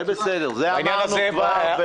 זה בסדר, זה אמרנו כבר.